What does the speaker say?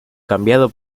cambiado